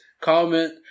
Comment